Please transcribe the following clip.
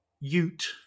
Ute